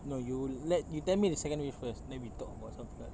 no you let you tell me the second wish first then we talk about something else